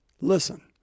listen